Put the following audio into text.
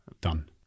done